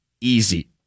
easy